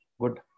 Good